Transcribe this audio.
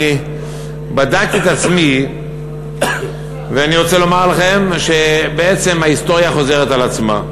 אני בדקתי את עצמי ואני רוצה לומר לכם שבעצם ההיסטוריה חוזרת על עצמה.